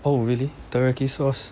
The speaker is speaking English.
oh really teriyaki sauce